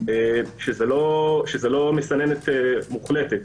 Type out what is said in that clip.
שזה לא מסננת מוחלטת,